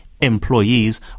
employees